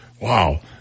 wow